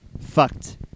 Fucked